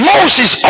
Moses